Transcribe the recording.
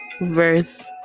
verse